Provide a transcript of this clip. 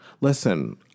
Listen